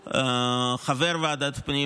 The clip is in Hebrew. כחבר ועדת הפנים,